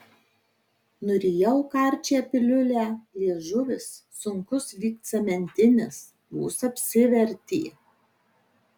nurijau karčią piliulę liežuvis sunkus lyg cementinis vos apsivertė